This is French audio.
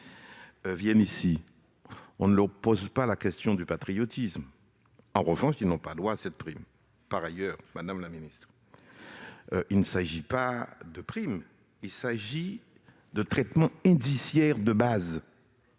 viennent ici, on ne leur pose pas la question de leur patriotisme. En revanche, ils n'ont pas droit à cette prime. D'ailleurs, madame la ministre, il ne s'agit même pas de prime : il s'agit de traitement indiciaire de base,